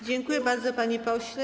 Dziękuję bardzo, panie pośle.